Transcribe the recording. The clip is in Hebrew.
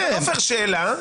עופר, שאלה.